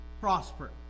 prosper